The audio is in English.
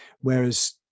Whereas